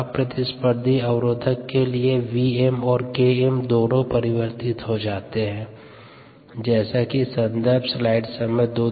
अप्रतिस्पर्धी अवरोधक के लिए Vm और Km दोनों परिवर्तित हो जाता है सन्दर्भ स्लाइड समय 0217